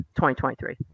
2023